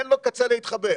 אין לו קצה להתחבר.